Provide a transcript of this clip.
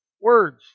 words